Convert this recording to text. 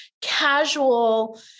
casual